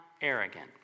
arrogant